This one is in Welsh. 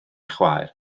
chwaer